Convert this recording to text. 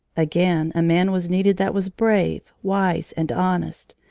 again a man was needed that was brave, wise, and honest.